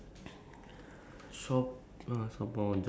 ah depends ah where they want to throw you at